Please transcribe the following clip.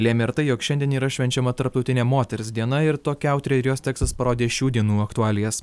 lėmė ir tai jog šiandien yra švenčiama tarptautinė moters diena ir tokia autorė ir jos tekstas parodė šių dienų aktualijas